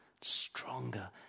stronger